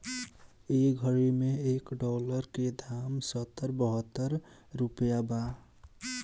ए घड़ी मे एक डॉलर के दाम सत्तर बहतर रुपइया बा